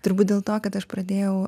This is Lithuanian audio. turbūt dėl to kad aš pradėjau